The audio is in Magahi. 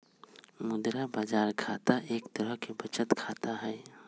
मुद्रा बाजार खाता एक तरह के बचत खाता हई